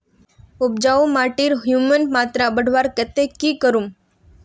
उपजाऊ माटिर ह्यूमस मात्रा बढ़वार केते की करूम?